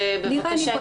בבקשה.